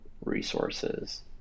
resources